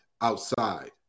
outside